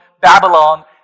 Babylon